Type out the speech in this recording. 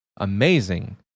amazing